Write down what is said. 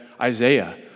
Isaiah